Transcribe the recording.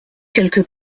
quelque